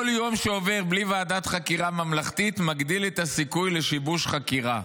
"כל יום שעובר בלי ועדת חקירה ממלכתית מגדיל את הסיכוי לשיבוש חקירה,